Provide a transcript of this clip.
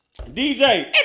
DJ